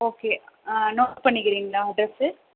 okay note பண்ணிக்கிறீங்களா address